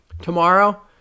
tomorrow